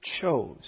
chose